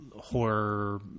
horror